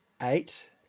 eight